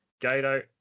Gato